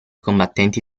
combattenti